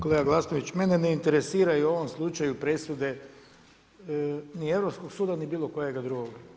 Kolega Glasnović mene ne interesiraju u ovom slučaju presude ni Europskog suda ni bilo kojega drugoga.